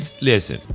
Listen